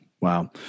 Wow